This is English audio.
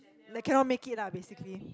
like cannot make it lah basically